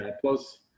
Plus